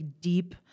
deep